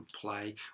play